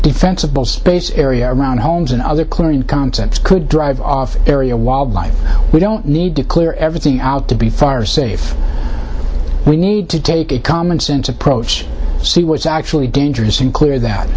defensible space area around homes and other chlorine contents could drive off area wildlife we don't need to clear everything out to be fire safe we need to take a commonsense approach see what's actually dangerous and clear that